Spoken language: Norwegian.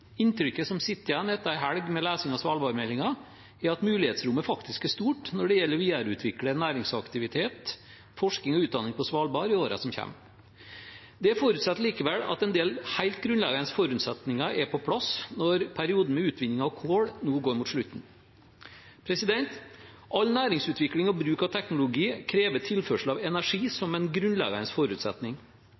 Inntrykket som sitter igjen etter en helg med lesing av svalbardmeldingen, er at mulighetsrommet faktisk er stort når det gjelder å videreutvikle næringsaktivitet, forskning og utdanning på Svalbard i årene som kommer. Det forutsetter likevel at en del helt grunnleggende forutsetninger er på plass når perioden med utvinning av kull nå går mot slutten. All næringsutvikling og bruk av teknologi krever tilførsel av energi som en grunnleggende forutsetning.